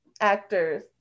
actors